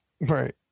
right